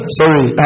sorry